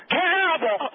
terrible